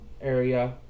area